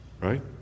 right